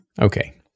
Okay